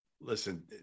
listen